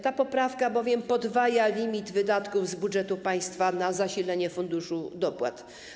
Ta poprawka bowiem podwaja limit wydatków z budżetu państwa na zasilenie Funduszu Dopłat.